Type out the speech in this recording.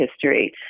history